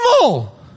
normal